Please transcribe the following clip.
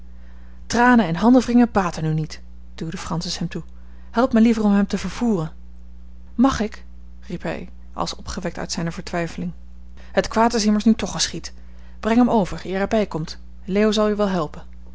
tranen en handenwringen baten nu niet duwde francis hem toe help mij liever om hem te vervoeren mag ik riep hij als opgewekt uit zijne vertwijfeling het kwaad is immers nu toch geschied breng hem over eer hij bijkomt leo zal u wel helpen